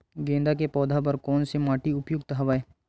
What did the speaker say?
गेंदा के पौधा बर कोन से माटी उपयुक्त हवय?